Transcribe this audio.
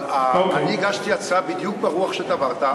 אבל אני הגשתי הצעה בדיוק ברוח שקראת,